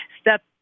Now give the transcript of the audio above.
step